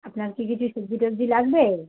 আপনার কি কিছু সবজি টবজি লাগবে